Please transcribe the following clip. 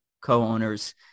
co-owners